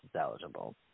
eligible